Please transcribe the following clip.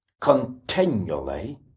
continually